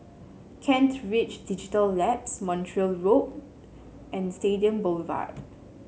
Kent Ridge Digital Labs Montreal Road and Stadium Boulevard